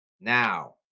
Now